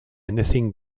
anything